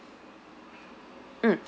mm